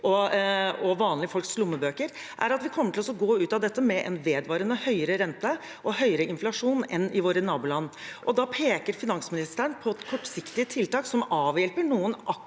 og vanlige folks lommebøker er at vi kommer til å gå ut av dette med en vedvarende høyere rente og høyere inflasjon enn i våre naboland. Da peker finansministeren på kortsiktige tiltak som avhjelper noen